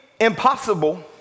impossible